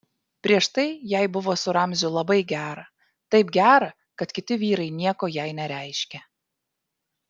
prieš tai jai buvo su ramziu labai gera taip gera kad kiti vyrai nieko jai nereiškė